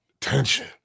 tension